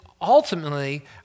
ultimately